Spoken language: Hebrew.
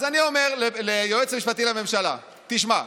אז אני אומר ליועץ המשפטי לממשלה: תשמע,